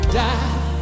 die